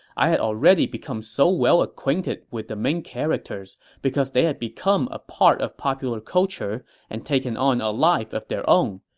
i had already become so well acquainted with the main characters, because they had become a part of popular culture and taken on a life of their own,